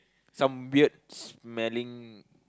some weird smelling